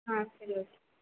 ஆ சரி ஓகே